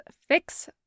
fix